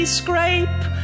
scrape